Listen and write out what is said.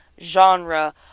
genre